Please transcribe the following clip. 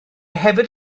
hefyd